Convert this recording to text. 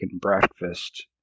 breakfast